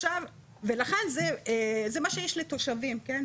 לכן, זה מה שיש לתושבים, כן?